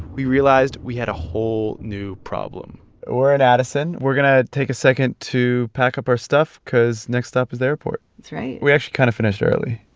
we realized we had a whole new problem we're in addison. we're going to take a second to pack up our stuff cause next stop is the airport that's right we actually kind of finished early.